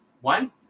One